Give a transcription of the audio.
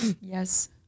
yes